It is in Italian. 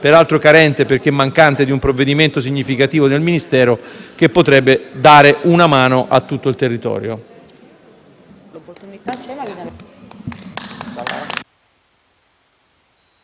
normativa carente perché mancante di un provvedimento significativo del Ministero, e potrebbe dare una mano a tutto il territorio.